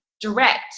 direct